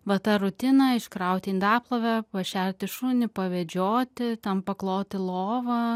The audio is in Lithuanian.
va tą rutiną iškrauti indaplovę pašerti šunį pavedžioti pakloti lovą